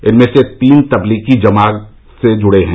इनमें से तीन तब्लीगी जमात से जुड़े हैं